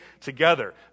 together